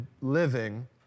living